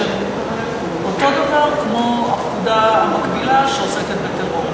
שהן אותו דבר כמו הפקודה המקבילה שעוסקת בטרור,